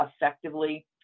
effectively